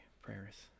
Prayers